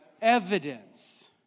evidence